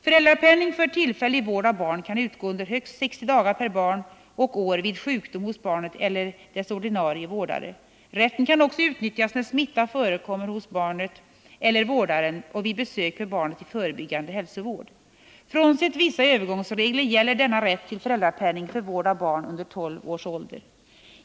Föräldrapenning för tillfällig vård av barn kan utgå under högst 60 dagar per barn och år vid sjukdom hos barnet eller dess ordinarie vårdare. Rätten kan också utnyttjas när smitta förekommer hos barnet eller vårdaren och vid besök med barnet i förebyggande hälsovård. Frånsett vissa övergångsregler gäller denna rätt till föräldrapenning för vård av barn under tolv års ålder.